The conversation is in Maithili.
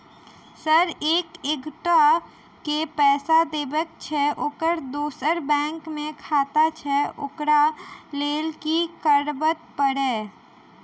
सर एक एगोटा केँ पैसा देबाक छैय ओकर दोसर बैंक मे खाता छैय ओकरा लैल की करपरतैय?